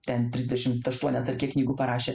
ten trisdešimt aštuonias ar kiek knygų parašė